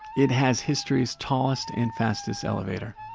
it has history's tallest and fastest elevator,